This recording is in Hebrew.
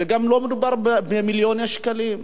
וגם לא מדובר במיליוני שקלים,